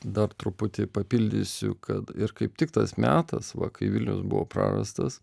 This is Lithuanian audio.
dar truputį papildysiu kad ir kaip tik tas metas va kai vilnius buvo prarastas